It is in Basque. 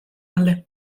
alde